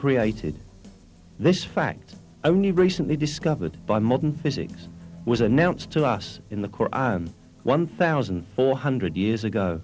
created this fact only recently discovered by modern physics was announced to us in the course one thousand four hundred years ago